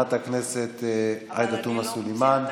חברת הכנסת עאידה תומא סלימאן,